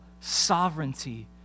sovereignty